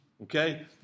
Okay